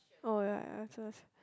oh ya ya